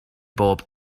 bob